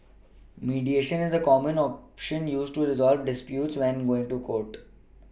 mediation is a common option used to resolve disputes when going to court